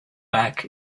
back